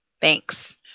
thanks